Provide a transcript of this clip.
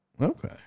okay